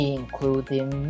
Including